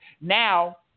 now